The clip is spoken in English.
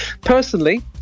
Personally